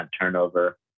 turnover